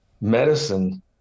medicine